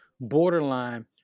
borderline